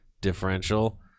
differential